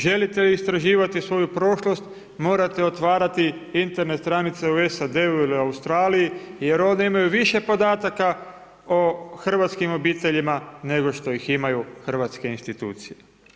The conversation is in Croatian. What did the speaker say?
Želite li istraživati svoju prošlost morate otvarati Internet stranice u SAD-u ili Australiji, jer one imaju više podataka o hrvatskim obiteljima nego što ih imaju hrvatske institucije.